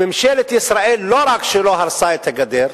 ממשלת ישראל לא רק שלא הרסה את הגדר,